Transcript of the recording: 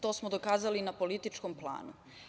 To smo dokazali na političkom planu.